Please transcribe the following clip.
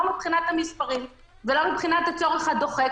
לא מבחינת המספרים ולא מבחינת הצורך הדוחק,